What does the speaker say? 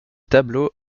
tableau